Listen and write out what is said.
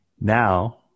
Now